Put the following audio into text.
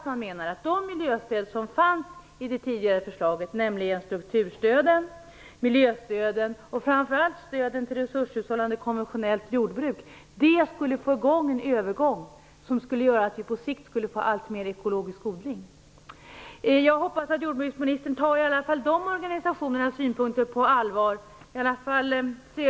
Man menar att de miljöstöd som fanns i det tidigare förslaget, nämligen strukturstöden, miljöstöden och framför allt stöden till resurshushållande konventionellt jordbruk skulle få i gång en ändring som på sikt skulle ge oss alltmer ekologisk odling. Jag hoppas att jordbruksministern tar i alla fall de organisationernas synpunkter på allvar.